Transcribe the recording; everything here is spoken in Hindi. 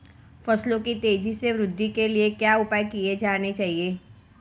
फसलों की तेज़ी से वृद्धि के लिए क्या उपाय किए जाने चाहिए?